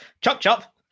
Chop-chop